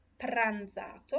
pranzato